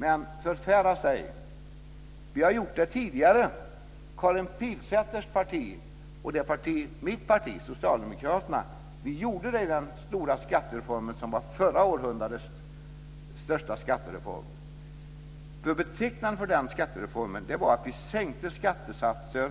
Men, förfäras ej, vi har gjort det tidigare. Karin Pilsäters parti och mitt parti, socialdemokraterna, gjorde det i den stora skattereformen som var förra århundradets största skattereform. Betecknande för den skattereformen var att vi sänkte skattesatsen